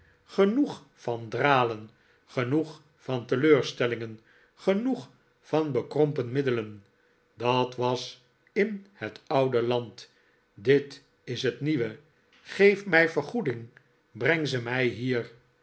genoeg van dralen genoeg van teleurstellingen genoeg van bekrompen middelen dat was in het oude land dit is het nieuwe geef mij vergoeding breng ze mij hier